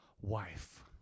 wife